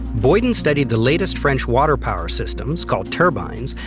boyden studied the latest french water power systems, called turbines,